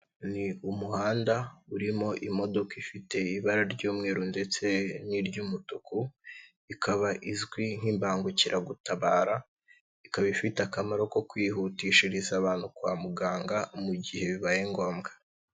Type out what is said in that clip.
Ni umuhanda urimo imodoka ifite ibara ry'umweru ndetse n'iry'umutuku ikaba izwi nk'imbangukiragutabara, ikaba ifite akamaro ko kwihutishiriza abantu kwa muganga mu gihe bibaye ngombwa.